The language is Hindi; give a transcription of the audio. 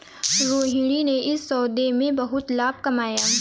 रोहिणी ने इस सौदे में बहुत लाभ कमाया